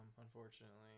unfortunately